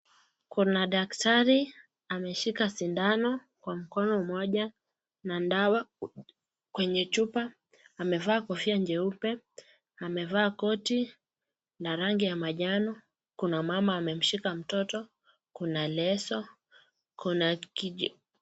Kuna daktari ameshikilia sindano kw mkono moja na dawa kwenye jupa amefaa kofia nyeupe amefaa koti ya rangi ya machano Kuna mama ameshika mtoto Kuna leso kuna kiti.